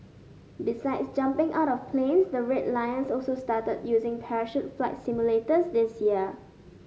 besides jumping out of planes the Red Lions also started using parachute flight simulators this year